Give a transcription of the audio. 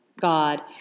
God